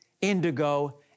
indigo